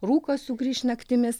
rūkas sugrįš naktimis